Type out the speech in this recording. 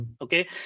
Okay